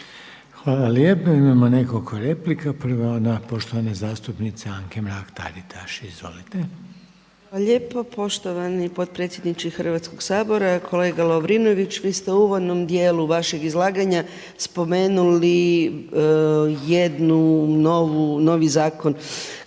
Hvala lijepa. Imamo nekoliko replika. Prva je ona poštovane zastupnice Anke Mrak-Taritaš. Izvolite. **Mrak-Taritaš, Anka (HNS)** Hvala lijepo poštovani potpredsjedniče Hrvatskoga sabora. Kolega Lovrinović, vi ste u uvodnom dijelu vašeg izlaganja spomenuli jednu novu, novi zakon